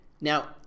Now